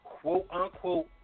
quote-unquote